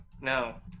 No